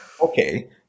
Okay